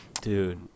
dude